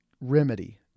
remedy